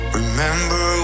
remember